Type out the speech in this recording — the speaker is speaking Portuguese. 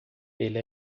ele